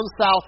south